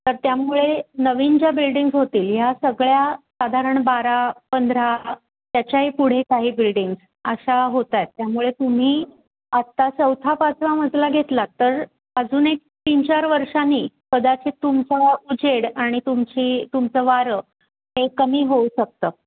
तर त्यामुळे नवीन ज्या बिल्डिंग्ज होतील ह्या सगळ्या साधारण बारा पंधरा त्याच्याही पुढे काही बिल्डिंग्स अशा होत आहेत त्यामुळे तुम्ही आत्ता चौथा पाचवा मजला घेतलात तर अजून एक तीन चार वर्षांनी कदाचित तुमचा उजेड आणि तुमची तुमचं वारं हे कमी होऊ शकतं